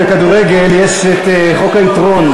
בכדורגל יש את חוק היתרון.